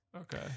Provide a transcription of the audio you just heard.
okay